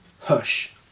Hush